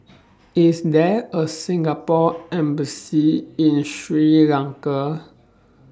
IS There A Singapore Embassy in Sri Lanka